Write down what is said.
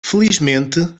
felizmente